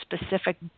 specific